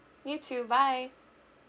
you too bye